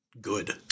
good